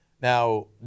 now